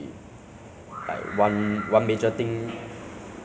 it requires a good quality laptop [what] right so